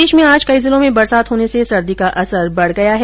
प्रदेश में आज कई जिलो में बरसात होने से सर्दी का असर बढ गया है